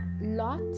Lot